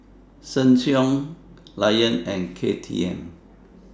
Sheng Siong Lion and KTM